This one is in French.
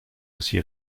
aussi